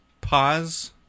pause